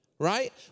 Right